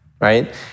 right